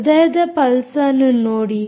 ಹೃದಯದ ಪಲ್ಸ್ ಅನ್ನು ನೋಡಿ